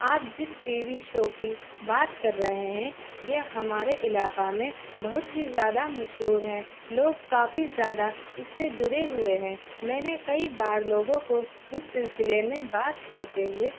آپ جس TV show کی بات کر رہے ہیں یہ ہمارے علاقہ میں بہت ہی زیادہ مشہور ہیں لوگ کافی زیادہ اس سے جڑے ہوئے ہیں میں نے کئی بار لوگوں کو اس سلسلے میں بات کرتے ہوئے